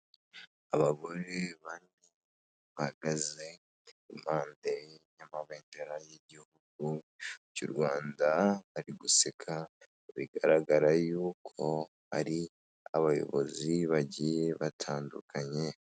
Abagore bane bahagaze impande y'amabendera y'igihugu cy'u Rwanda, ari guseka bigaragara y'uko ari abayobozi bagiye batandukanye.